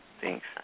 Thanks